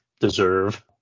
deserve